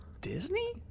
Disney